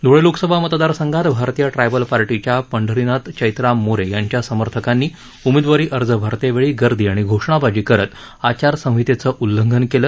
ध्ळे लोकसभा मतदार संघात भारतीय ट्रायबल पार्टीच्या पंढरीनाथ चैत्राम मोरे यांच्या समर्थकांनी उमेदवारी अर्ज भरतेवेळी गर्दी आणि घोषणाबाजी करत आचारसंहितेचं उल्लंघन केलं